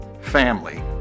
family